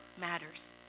matters